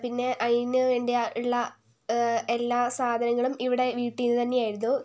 പിന്നെ അതിന് വേണ്ടിയുള്ള എല്ലാ സാധനങ്ങളും ഇവിടെ വീട്ടിൽ നിന്നു തന്നെയായിരുന്നു